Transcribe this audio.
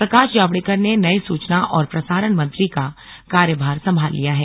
प्रकाश जावड़ेकर ने नये सूचना और प्रसारण मंत्री का कार्यभार संभाल लिया है